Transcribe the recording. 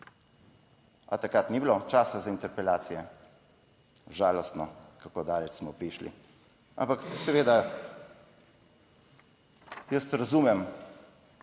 A takrat ni bilo časa za interpelacije. Žalostno kako daleč smo prišli. Ampak seveda jaz razumem